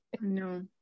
No